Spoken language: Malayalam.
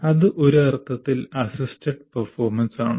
അത് ഒരു അർത്ഥത്തിൽ അസ്സിസ്റ്റഡ് പെർഫോമൻസ് ആണ്